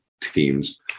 teams